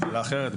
שאלה אחרת.